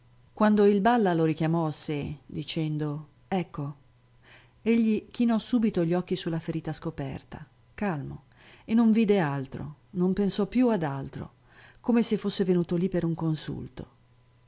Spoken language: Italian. quando il balla lo richiamò a sé dicendo ecco egli chinò subito gli occhi su la ferita scoperta calmo e non vide altro non pensò più ad altro come se fosse venuto lì per un consulto